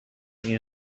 این